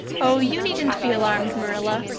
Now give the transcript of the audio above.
oh, you needn't be alarmed, marilla.